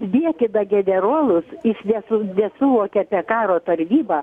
niekina generolus jis nesu nesuvokia apie karo tarnybą